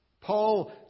Paul